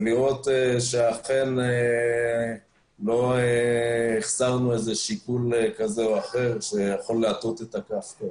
ולראות שאכן לא החסרנו איזה שיקול כזה או אחר שיכול להטות את הכף.